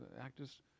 actors